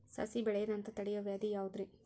ಸಸಿ ಬೆಳೆಯದಂತ ತಡಿಯೋ ವ್ಯಾಧಿ ಯಾವುದು ರಿ?